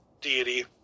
deity